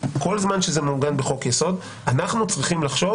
כל זמן שזה מעוגן בחוק-יסוד אנחנו צריכים לחשוב